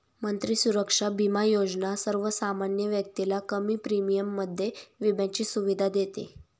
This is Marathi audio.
मंत्री सुरक्षा बिमा योजना सर्वसामान्य व्यक्तीला कमी प्रीमियम मध्ये विम्याची सुविधा देते